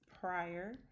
prior